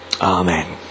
Amen